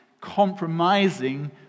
compromising